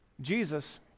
Jesus